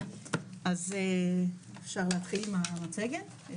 אז אפשר להתחיל עם המצגת?